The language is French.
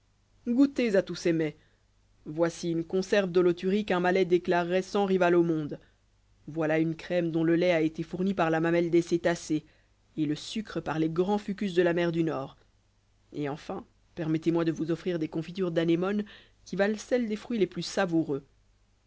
goûtez à tous ces mets voici une conserve d'holoturies qu'un malais déclarerait sans rivale au monde voilà une crème dont le lait a été fourni par la mamelle des cétacés et le sucre par les grands fucus de la mer du nord et enfin permettez-moi de vous offrir des confitures d'anémones qui valent celles des fruits les plus savoureux